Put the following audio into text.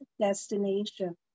destination